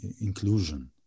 inclusion